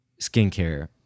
skincare